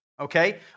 okay